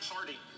Party